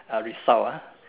uh result ah